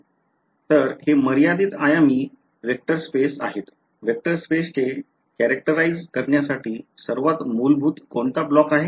तर हे मर्यादित आयामी वेक्टर स्पेस आहेत वेक्टर स्पेसचे वैशिष्ट्यीकृत करण्यासाठी सर्वात मूलभूत कोणता ब्लॉक आहे